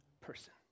person